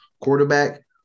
quarterback